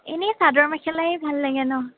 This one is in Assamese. এনেই চাদৰ মেখেলাই ভাল লাগে ন'